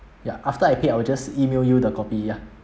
ya after I pay I will just email you the copy ya